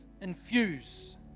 infuse